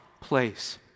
place